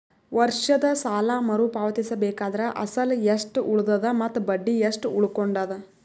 ವರ್ಷದ ಸಾಲಾ ಮರು ಪಾವತಿಸಬೇಕಾದರ ಅಸಲ ಎಷ್ಟ ಉಳದದ ಮತ್ತ ಬಡ್ಡಿ ಎಷ್ಟ ಉಳಕೊಂಡದ?